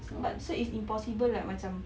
but so it's impossible right macam